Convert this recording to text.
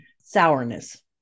sourness